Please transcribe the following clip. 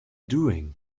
doing